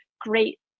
great